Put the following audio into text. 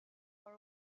far